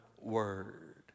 word